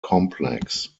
complex